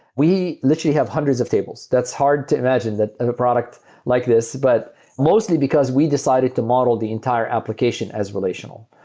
we literally have hundreds of tables. that's hard to imagine in a product like this, but mostly because we decided to model the entire application as relational.